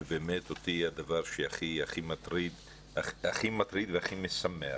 ובאמת אותי הדבר שהכי מטריד והכי משמח,